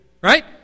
Right